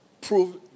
prove